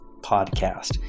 podcast